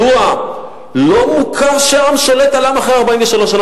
הידוע, לא מוכר שעם שולט על עם אחר 43 שנה.